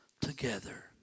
together